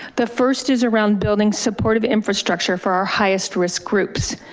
the first is around building supportive infrastructure for our highest risk groups.